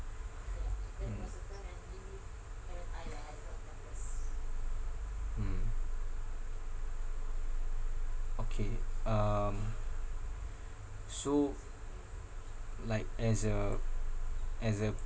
mm mm okay um so like as a as a